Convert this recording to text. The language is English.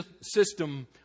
system